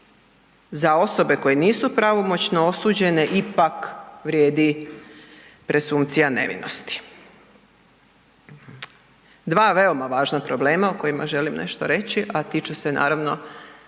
za osobe koje nisu pravomoćno osuđene ipak vrijedi presumpcija nevinosti. Dva veoma važna problema o kojima želim nešto reći, a tiču se naravno